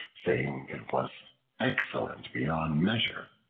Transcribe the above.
saying it was excellent beyond measure,